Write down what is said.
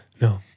No